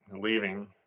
leaving